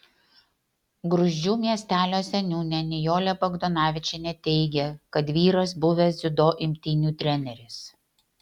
gruzdžių miestelio seniūnė nijolė bagdonavičienė teigė kad vyras buvęs dziudo imtynių treneris